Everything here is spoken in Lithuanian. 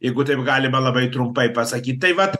jeigu taip galima labai trumpai pasakyt tai vat